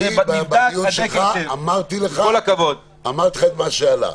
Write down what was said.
בדיון שלך אמרתי לך את מה שעלה.